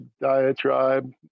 diatribe